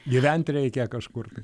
gyvent reikia kažkur tai